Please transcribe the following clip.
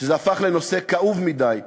שזה הפך לנושא כאוב מדי,